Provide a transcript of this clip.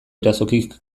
irazokik